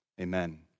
Amen